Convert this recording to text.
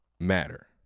matter